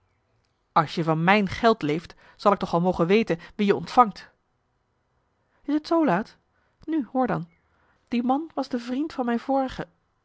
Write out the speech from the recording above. als je van mijn geld leeft zal ik toch wel mogen weten wie je ontvangt is t zoo laat nu hoor dan die man was de vriend van mijn vorige